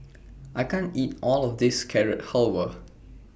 I can't eat All of This Carrot Halwa